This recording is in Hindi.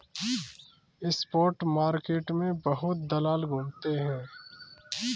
स्पॉट मार्केट में बहुत दलाल घूमते रहते हैं